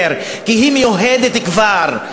כי היא מיוהדת כבר.